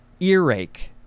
earache